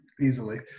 easily